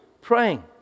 praying